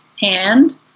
hand